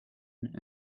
and